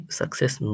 success